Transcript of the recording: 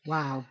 Wow